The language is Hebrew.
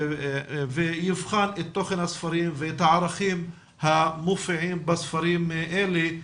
ויבחן את תוכן הספרים ואת הערכים המופיעים בספרים האלה,